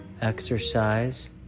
exercise